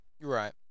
right